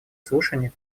слушания